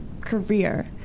career